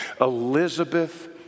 Elizabeth